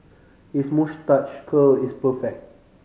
his moustache curl is perfect